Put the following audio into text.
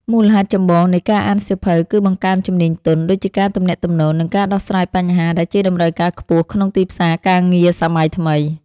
មូលហេតុចម្បងនៃការអានសៀវភៅ គឺបង្កើនជំនាញទន់ ដូចជាការទំនាក់ទំនង និងការដោះស្រាយបញ្ហា ដែលជាតម្រូវការខ្ពស់ក្នុងទីផ្សារការងារសម័យថ្មី។